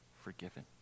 forgiven